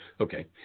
Okay